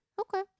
Okay